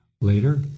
Later